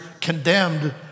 condemned